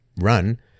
run